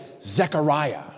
Zechariah